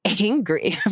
angry